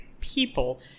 people